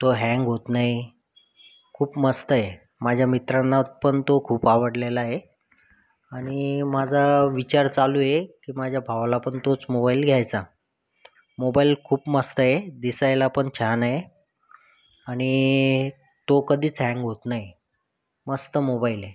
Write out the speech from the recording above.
तो हँग होत नाही खूप मस्त आहे माझ्या मित्रांना पण तो खूप आवडलेला आहे आणि माझा विचार चालू आहे की माझ्या भावाला पण तोच मोबाईल घ्यायचा मोबाईल खूप मस्त आहे दिसायला पण छान आहे आणि तो कधीच हँग होत नाही मस्त मोबाईल आहे